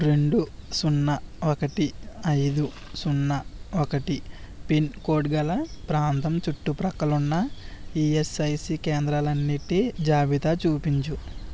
రెండు సున్నా ఒకటి ఐదు సున్నా ఒకటి పిన్కోడ్ గల ప్రాంతం చుట్టుప్రక్కలున్న ఈఎస్ఐసి కేంద్రాలన్నిటి జాబితా చూపించు